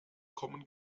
kommen